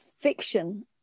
fiction